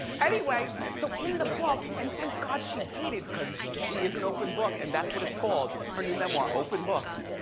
anyway, so in the book, and thank god she waited cause she is an open book, and that's what it's called, her new memoir, open book.